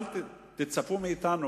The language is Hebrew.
אל תצפו מאתנו,